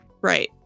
Right